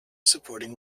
supporting